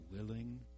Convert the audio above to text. willing